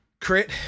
Crit